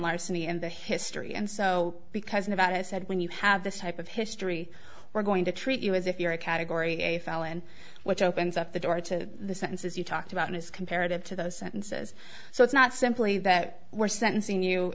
larceny in the history and so because nevada said when you have this type of history we're going to treat you as if you're a category a felon which opens up the door to the sentences you talked about in his comparative to those sentences so it's not simply that we're sentencing you